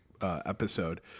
episode